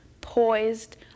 poised